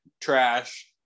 trash